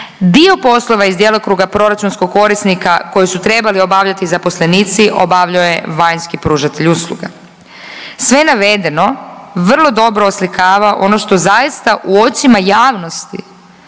Dio poslova iz djelokruga proračunskog korisnika koji su trebali obavljati zaposlenici obavljao je vanjski pružatelj usluga. Sve navedeno vrlo dobro oslikava ono što zaista u očima javnosti